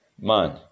man